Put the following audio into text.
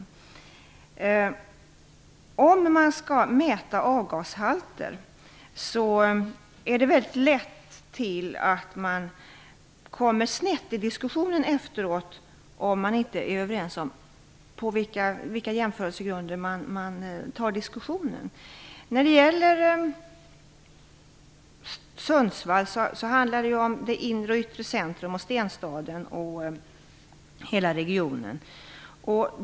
När avgashalter skall mätas ligger det väldigt nära till hands att man kommer snett i diskussionen efteråt, om man inte är överens om jämförelsegrunderna för diskussionen. När det gäller Sundsvall handlar det om inre och yttre centrum samt om den s.k. stenstaden. Ja, det gäller hela regionen.